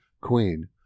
Queen